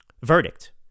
verdict